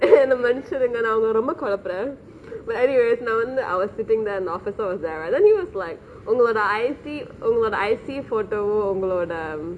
என்ன மன்னிச்சுருங்க நா உங்கள ரொம்ப கொலப்புரே:enna mannichurungge naa ungale rombe kolapurae but anyways நா வந்து:naa vanthu I was sitting there then an officer was there and then he was like உங்களோட:ungalode I_C உங்களோட:ungalode I_C photo வு உங்களோட:vu ungalode